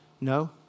No